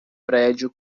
prédio